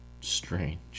strange